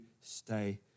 stay